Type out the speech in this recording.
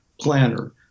planner